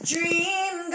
Dream